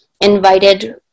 invited